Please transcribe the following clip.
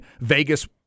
Vegas